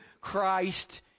Christ